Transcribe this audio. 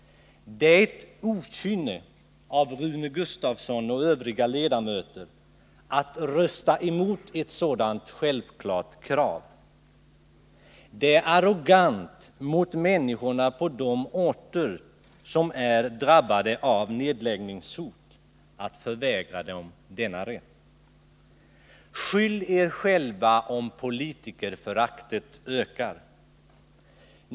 Det är ett okynne av Rune Gustavsson och övriga ledamöter att rösta emot ett sådant självklart krav. Det är arrogant mot människorna på de orter som är drabbade av nedläggningshot att förvägra dem denna rätt. Skyll er själva om politikerföraktet ökar!